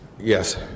Yes